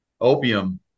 opium